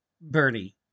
Bernie